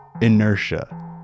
inertia